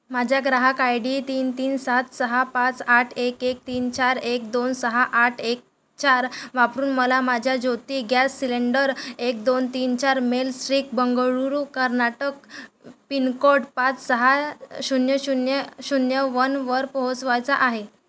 माझा ग्राहक I D तीन तीन सात सहा पाच आठ एक एक तीन चार एक दोन सहा आठ एक चार वापरून मला माझा ज्योती गॅस सिलेंडर एक दोन तीन चार Mail Street Bengaluru Karnataka pin code पाच सहा शून्य शून्य शून्य वनवर पोहोचवायचा आहे